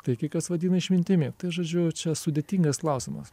tai kai kas vadina išmintimi tai žodžiu čia sudėtingas klausimas